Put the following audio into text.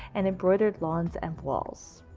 and embroidered lawns and voiles.